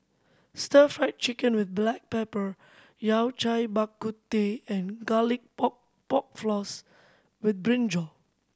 Stir Fried Chicken with black pepper Yao Cai Bak Kut Teh and Garlic Pork Pork Floss with brinjal